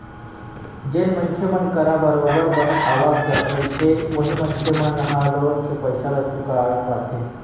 जेन मनखे मन करा बरोबर बने आवक रहिथे उही मनखे मन ह लोन के पइसा ल चुकाय पाथे